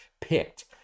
picked